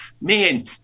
man